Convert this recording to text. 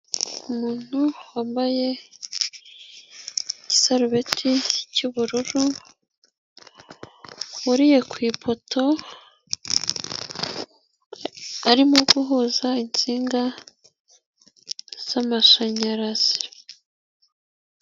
Umuntu wambaye igisarubeti cy'ubururu, wuriye ku ipoto, arimo guhuza insinga z'amashanyarazi.